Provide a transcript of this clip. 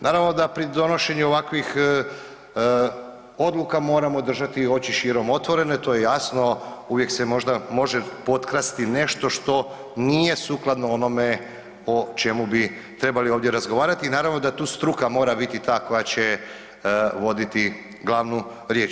Naravno da pri donošenju ovakvih odluka moramo držati oči širom otvorene, to je jasno, uvijek se možda može potkrasti nešto što nije sukladno onome o čemu bi trebali ovdje razgovarati i naravno da tu struka mora biti ta koja će voditi glavnu riječ.